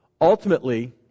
ultimately